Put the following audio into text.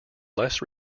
less